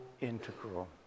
integral